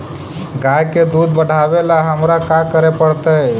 गाय के दुध बढ़ावेला हमरा का करे पड़तई?